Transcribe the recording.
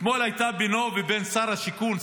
אתמול הייתה בינו לבין שר השיכון,